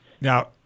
Now